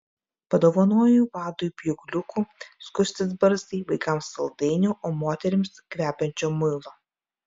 padovanoju vadui pjūkliukų skustis barzdai vaikams saldainių o moterims kvepiančio muilo